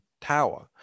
Tower